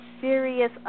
serious